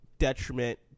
detriment